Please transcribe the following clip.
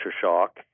shock